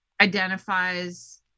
identifies